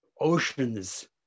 oceans